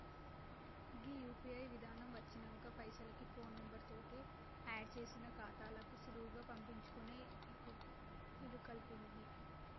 గీ UPI విధానం వచ్చినంక పైసలకి ఫోన్ నెంబర్ తోటి ఆడ్ చేసిన ఖాతాలకు సులువుగా పంపించుకునే ఇలుకల్పింది